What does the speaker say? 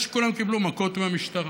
שכולם קיבלו מכות מהמשטרה.